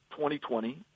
2020